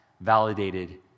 validated